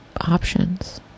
options